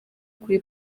kuri